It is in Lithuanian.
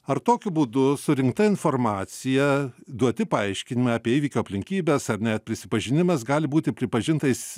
ar tokiu būdu surinkta informacija duoti paaiškinimai apie įvykio aplinkybes ar net prisipažinimas gali būti pripažintais